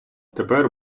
тепер